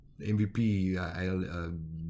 MVP